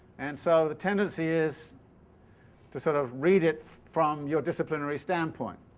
and so the tendency is to sort of read it from your disciplinary standpoint.